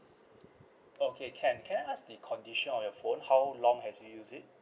okay can can I ask the condition on your phone how long have you use it